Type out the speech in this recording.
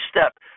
step